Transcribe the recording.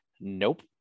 Nope